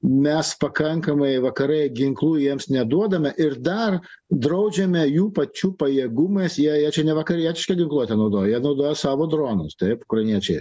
mes pakankamai vakarai ginklų jiems neduodame ir dar draudžiame jų pačių pajėgumas jie jie čia ne vakarietišką ginkluotę naudoja jie naudoja savo dronus taip ukrainiečiai